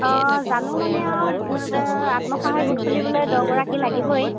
অঁ জানো মানে আৰু গোট আত্মসহায়ক গোট খুলিবলৈ দহগৰাকী লাগিবই